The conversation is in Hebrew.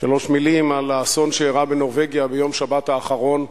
שלוש מלים על האסון שאירע בנורבגיה ביום שבת האחרון.